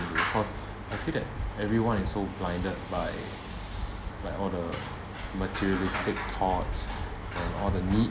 do cause I feel that everyone is so blinded by like all the materialistic thoughts and all the need